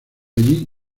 allí